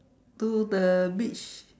to the beach